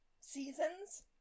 seasons